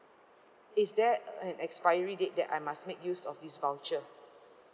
is there an expiry date that I must make use of this voucher